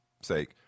sake